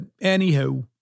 anyhow